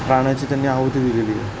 प्राणाची त्यांनी आहूती दिलेली आहे